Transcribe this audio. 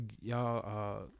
y'all